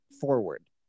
forward